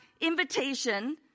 invitation